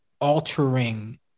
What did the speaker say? altering